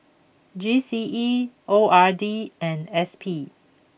G C E O R D and S P